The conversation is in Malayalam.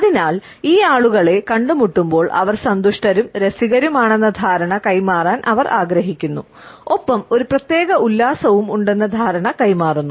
അതിനാൽ ഈ ആളുകളെ കണ്ടുമുട്ടുമ്പോൾ അവർ സന്തുഷ്ടരും രസികരും ആണെന്ന ധാരണ കൈമാറാൻ അവർ ആഗ്രഹിക്കുന്നു ഒപ്പം ഒരു പ്രത്യേക ഉല്ലാസവും ഉണ്ടെന്ന ധാരണ കൈ മാറുന്നു